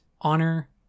honor